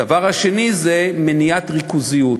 הדבר השני זה מניעת ריכוזיות.